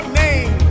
name